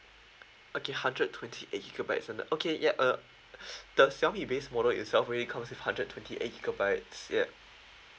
okay hundred twenty eight gigabytes and okay ya uh the xiaomi base model itself already comes with hundred twenty eight gigabytes ya